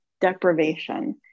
deprivation